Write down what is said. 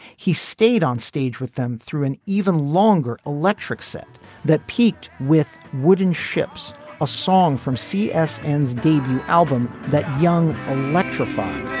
he stayed on stage with them through an even longer electric set that peaked with wooden ships a song from c s. end's debut album that young electrified.